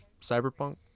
cyberpunk